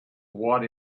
what